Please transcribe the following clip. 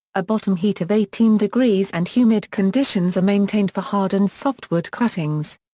a bottom heat of eighteen degrees and humid conditions are maintained for hard and softwood cuttings.